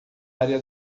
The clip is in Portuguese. área